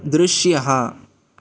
दृश्यः